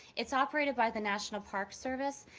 it's operated by the national park service,